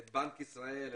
את בנק ישראל,